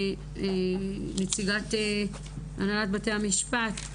נציגת הנהלת בתי המשפט,